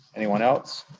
anyone else?